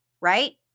right